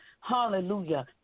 hallelujah